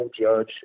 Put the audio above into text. Judge